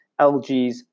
LGs